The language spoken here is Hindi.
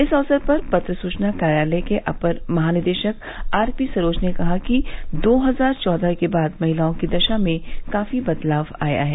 इस अवसर पर पत्र सूचना कार्यालय के अपर महानिदेशक आरपीसरोज ने कहा कि दो हजार चौदह के बाद महिलाओं की दशा में काफी बदलाव आया है